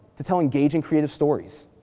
to tell engaging, creative stories,